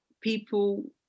people